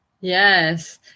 Yes